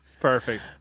Perfect